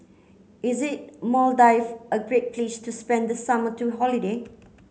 is it Maldives a great place to spend the summer to holiday